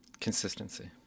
consistency